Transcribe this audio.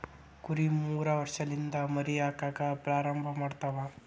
ಕುರಿ ಮೂರ ವರ್ಷಲಿಂದ ಮರಿ ಹಾಕಾಕ ಪ್ರಾರಂಭ ಮಾಡತಾವ